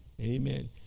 Amen